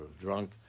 drunk